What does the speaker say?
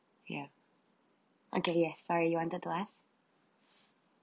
ya okay yes sorry you wanted to ask